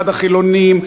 ועד החילונים,